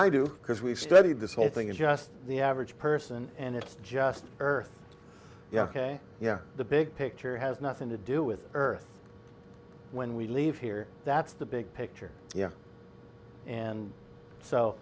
i do because we've studied this whole thing is just the average person and it's just earth yeah ok yeah the big picture has nothing to do with earth when we leave here that's the big picture yeah and so